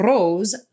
Rose